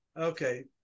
Okay